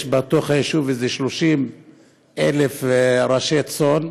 יש בו איזה 30,000 ראשי צאן,